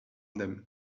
them